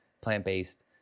plant-based